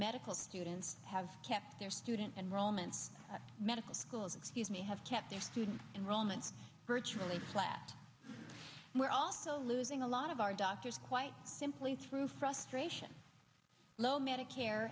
medical students have kept their student enrollment medical schools excuse me have kept their student enrollment virtually flat and we're also losing a lot of our doctors quite simply through frustrating low medicare